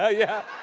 ah yeah.